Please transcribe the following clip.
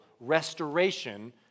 restoration